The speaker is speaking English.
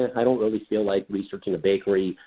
i don't really feel like researching a bakery,